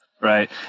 Right